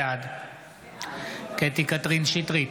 בעד קטי קטרין שטרית,